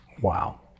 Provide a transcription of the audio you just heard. Wow